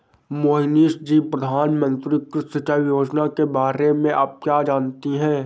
मोहिनी जी, प्रधानमंत्री कृषि सिंचाई योजना के बारे में आप क्या जानती हैं?